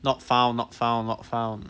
not found not found not found